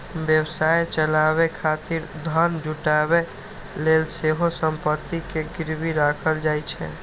व्यवसाय चलाबै खातिर धन जुटाबै लेल सेहो संपत्ति कें गिरवी राखल जाइ छै